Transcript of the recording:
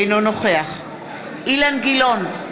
אינו נוכח אילן גילאון,